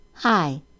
Hi